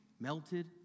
melted